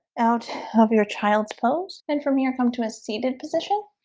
out of your child's pose and from here come to a seated position